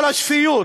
בחייך.